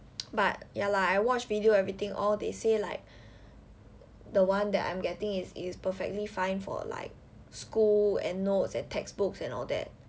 but ya lah I watched video everything all they say like the one that I'm getting is is perfectly fine for like school and notes and textbooks and all that